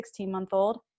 16-month-old